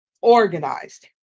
organized